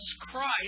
Christ